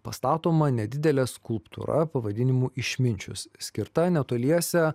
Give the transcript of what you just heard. pastatoma nedidelė skulptūra pavadinimu išminčius skirta netoliese